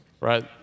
right